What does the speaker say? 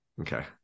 Okay